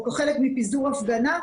או כחלק מפיזור הפגנה,